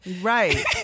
right